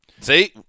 See